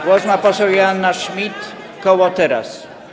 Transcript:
Głos ma poseł Joanna Schmidt, koło Teraz!